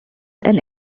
and